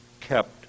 kept